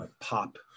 pop